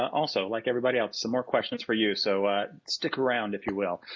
also, like everybody else some more questions for you so stick around, if you will.